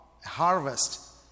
Harvest